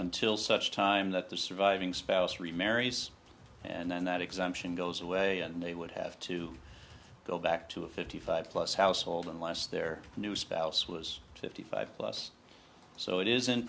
until such time that the surviving spouse remarries and then that exemption goes away and they would have to go back to a fifty five plus household unless their new spouse was fifty five plus so it is